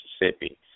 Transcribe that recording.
Mississippi